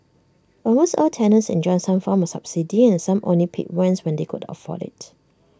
almost all tenants enjoyed some form of subsidy and some only paid rents when they could afford IT